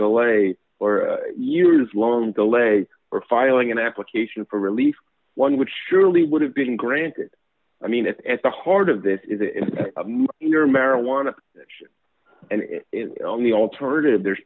delay or years long delay or filing an application for relief one would surely would have been granted i mean if at the heart of this is your marijuana and only alternative there